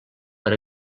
per